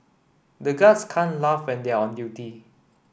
the guards can't laugh when they are on duty